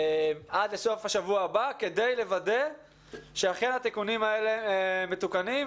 כדי לוודא שאכן התיקונים האלה מתוקנים.